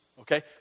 okay